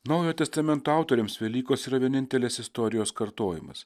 naujojo testamento autoriams velykos yra vienintelis istorijos kartojimas